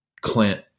Clint